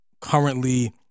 currently